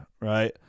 right